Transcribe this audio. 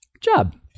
job